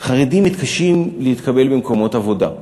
חרדים מתקשים להתקבל במקומות עבודה.